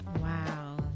Wow